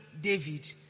David